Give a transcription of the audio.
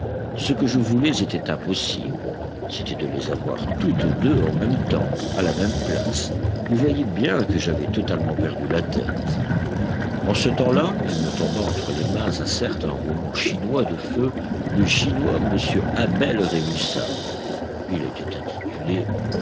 ce que je voulais était impossible c'était de les avoir toutes deux en même temps à la même place vous voyez bien que j'avais totalement perdu la tête en ce temps-là il me tomba entre les mains un certain roman chinois de feu le chinois m abel rémusat il était intitulé